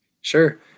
Sure